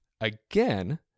again